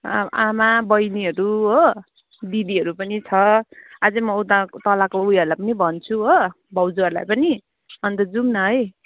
आमा बहिनीहरू हो दिदीहरू पनि छ अझै म उता तलको उयोहरूलाई पनि भन्छु हो भाउजुहरूलाई पनि अन्त जाउँ न है